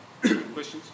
Questions